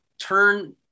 turn